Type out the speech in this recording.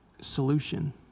solution